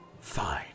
Fine